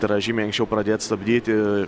tai yra žymiai anksčiau pradėt stabdyti